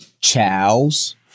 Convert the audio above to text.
Chow's